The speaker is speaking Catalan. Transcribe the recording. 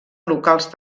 locals